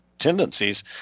tendencies